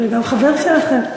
זה גם חבר שלכם.